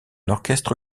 orchestre